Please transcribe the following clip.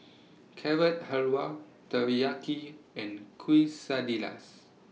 Carrot Halwa Teriyaki and Quesadillas